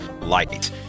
light